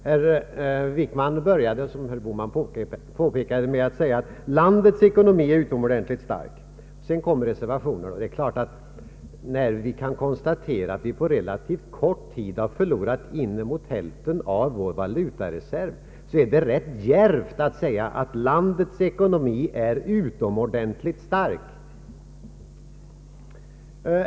Han började sitt anförande, som herr Bohman påpekade, med att säga att landets ekonomi är utomordentligt stark. Sedan kommer han med reservationer. När vi kan konstatera att vi på relativt kort tid har förlorat inemot hälften av vår valutareserv är det ganska djärvt att säga att landets ekonomi är utomordentligt stark.